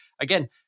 again